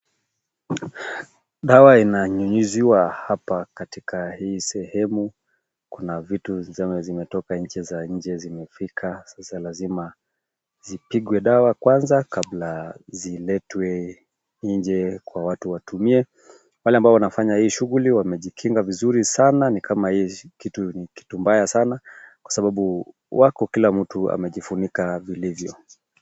Dawa inanyunyiziwa hapa katika hii sehemu. Kuna vitu tuseme zimetoka nchi za nje zimefika sasa lazima zipigwe dawa kwanza kabla ziletwe nje kwa watu watumie. Wale ambao wanafanya hii shughuli wamejikinga vizuri sana ni kama hii kitu ni kitu mbaya sana kwa sababu wako kila mtu amejifunika vilivyo.